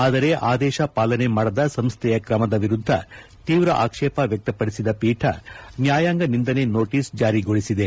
ಆದರೆ ಆದೇಶ ಪಾಲನೆ ಮಾಡದ ಸಂಸ್ವೆಯ ಕ್ರಮದ ವಿರುದ್ದ ತೀವ್ರ ಆಕ್ಷೇಪ ವ್ಯಕ್ತಪಡಿಸಿದ ಪೀಠ ನ್ಯಾಯಾಂಗ ನಿಂದನೆ ನೋಟಿಸ್ ಜಾರಿಗೊಳಿಸಿದೆ